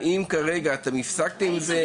האם כרגע הפסקתם עם זה?